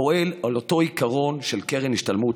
הפועלת על אותו עיקרון של קרן השתלמות: